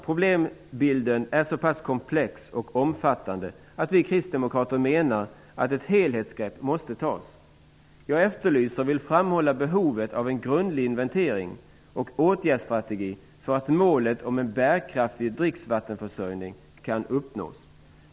Problembilden är så pass komplex och omfattande att vi kristdemokrater menar att ett helhetsgrepp måste tas. Jag efterlyser och vill framhålla behovet av en grundlig inventering och åtgärdsstrategi för att nå målet en bärkraftig dricksvattenförsörjning.